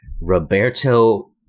Roberto